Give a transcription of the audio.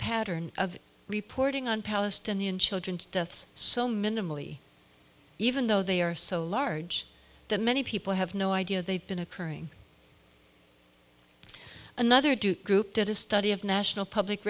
pattern of reporting on palestinian children deaths so minimally even though they are so large that many people have no idea they've been occurring another do group did a study of national public